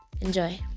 enjoy